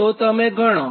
તોતે તમે ગણો